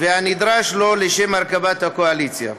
והנדרש לו לשם הרכבת הקואליציה.